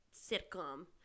sitcom